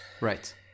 Right